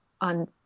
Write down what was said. on